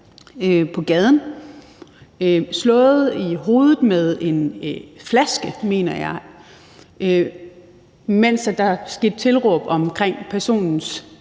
på gaden, slået i hovedet med en flaske, mener jeg, mens der skete tilråb omkring personens